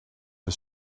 his